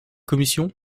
commission